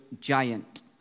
giant